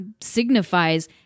signifies